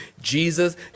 Jesus